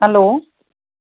hello